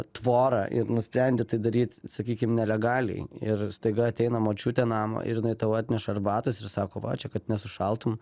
tvorą ir nusprendi tai daryti sakykim nelegaliai ir staiga ateina močiutė namo ir jinai tau atneša arbatos ir sako va čia kad nesušaltum